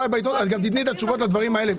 היה בעיתונות אז תיתנו את התשובות גם לדברים האלה.